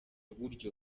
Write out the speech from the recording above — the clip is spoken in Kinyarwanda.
buryo